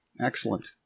Excellent